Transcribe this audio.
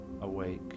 awake